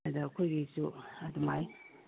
ꯑꯗ ꯑꯩꯈꯣꯏꯒꯤꯁꯨ ꯑꯗꯨꯃꯥꯏꯅ